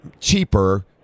cheaper